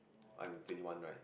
I am twenty one right